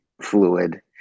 fluid